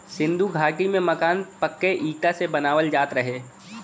सिन्धु घाटी में मकान पक्के इटा से बनावल जात रहे